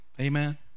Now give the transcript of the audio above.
amen